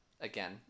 again